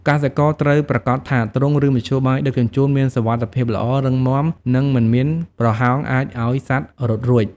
កសិករត្រូវប្រាកដថាទ្រុង ឬមធ្យោបាយដឹកជញ្ជូនមានសុវត្ថិភាពល្អ រឹងមាំ និងមិនមានប្រហោងអាចឱ្យសត្វរត់រួច។